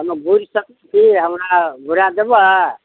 हमे घुरि सकैत छी हमरा घुराए देबै